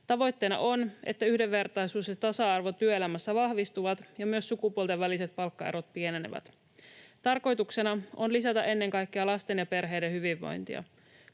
Tavoitteena on, että yhdenvertaisuus ja tasa-arvo työelämässä vahvistuvat ja myös sukupuolten väliset palkkaerot pienenevät. Tarkoituksena on lisätä ennen kaikkea lasten ja perheiden hyvinvointia.